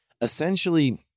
essentially